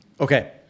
Okay